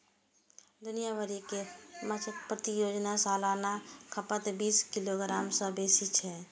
दुनिया भरि मे माछक प्रति व्यक्ति सालाना खपत बीस किलोग्राम सं बेसी छै